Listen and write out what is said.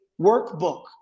workbook